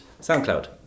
SoundCloud